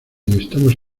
estamos